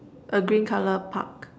a green colour Park